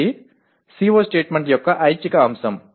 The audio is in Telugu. ఇది CO స్టేట్మెంట్ యొక్క ఐచ్ఛిక అంశం